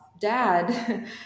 dad